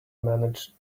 manage